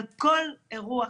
אבל כל אירוע,